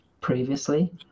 previously